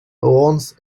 loans